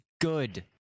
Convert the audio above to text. good